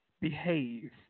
behave